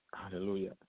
Hallelujah